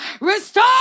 Restore